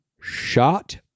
Shot